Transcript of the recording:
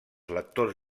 lectors